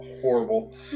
Horrible